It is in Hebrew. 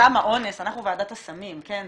סם האונס, אנחנו וועדת הסמים, כן?